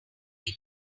bit